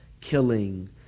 killing